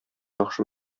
яхшы